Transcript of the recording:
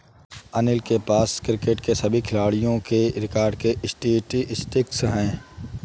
अनिल के पास क्रिकेट के सभी भारतीय खिलाडियों के रिकॉर्ड के स्टेटिस्टिक्स है